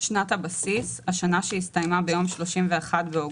"שנת הבסיס" השנה שהסתיימה ביום 31 באוגוסט